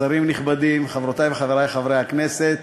שרים נכבדים, חברי וחברותי חברי הכנסת,